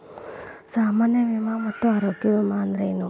ಸಾಮಾನ್ಯ ವಿಮಾ ಮತ್ತ ಆರೋಗ್ಯ ವಿಮಾ ಅಂದ್ರೇನು?